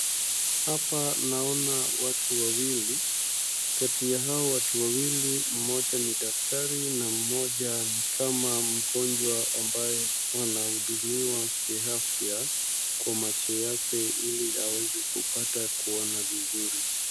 Hapa naona watu wawili, kati ya hao watu wawili mmoja ni daktali na mmoja ni kama mgonjwa ambaye anayehudumiwa kiafya kwa macho yake ili aweze kupata kuona vizuri.